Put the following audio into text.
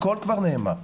הכול כבר נאמר,